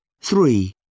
Three